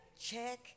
Check